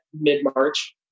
mid-March